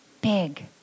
big